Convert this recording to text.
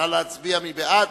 מי בעד?